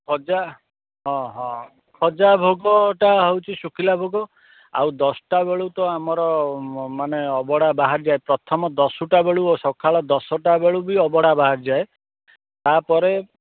ଖଜା ହଁ ହଁ ଖଜା ଭୋଗଟା ହେଉଛି ଶୁଖିଲା ଭୋଗ ଆଉ ଦଶଟା ବେଳୁ ତ ଆମର ମାନେ ଅଭଡ଼ା ବାହାରିଯାଏ ପ୍ରଥମ ଦଶଟା ବେଳୁ ସଖାଳ ଦଶଟା ବେଳୁ ବି ଅବଢ଼ା ବାହାରିଯାଏ ତା'ପରେ